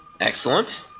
Excellent